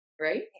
Right